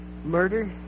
Murder